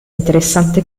interessante